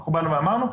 אמרנו,